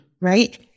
right